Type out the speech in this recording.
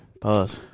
Pause